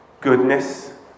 goodness